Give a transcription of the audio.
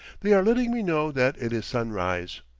they are letting me know that it is sunrise.